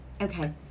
Okay